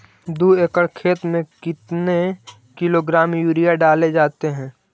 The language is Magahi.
दू एकड़ खेत में कितने किलोग्राम यूरिया डाले जाते हैं?